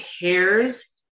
cares